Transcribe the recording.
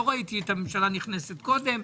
לא ראיתי את הממשלה נכנסת קודם,